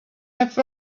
have